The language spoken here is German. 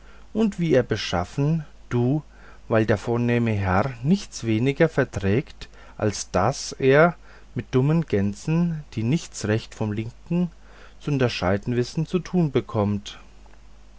und wie er beschaffen du weil der vornehme herr nichts weniger verträgt als daß er's mit dummen gänsen die nicht rechts von links zu unterscheiden wissen zu tun bekommt